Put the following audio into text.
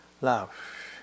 love